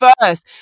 first